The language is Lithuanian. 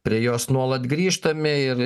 prie jos nuolat grįžtame ir